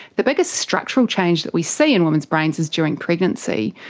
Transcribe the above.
the biggest structural change that we see in women's brains is during pregnancy,